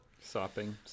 Sopping